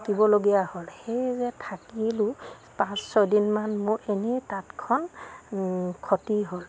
থাকিবলগীয়া হ'ল সেই যে থাকিলোঁ পাঁচ ছয়দিনমান মোৰ এনেই তাঁতখন ক্ষতি হ'ল